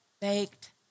baked